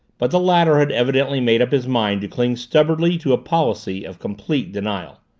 but the latter had evidently made up his mind to cling stubbornly to a policy of complete denial.